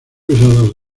usados